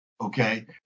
Okay